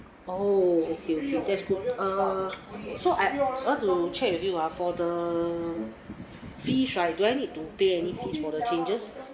oh okay okay just err so I I want to check with you ah for the fees lah do I need to pay any fees for the changes